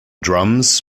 drums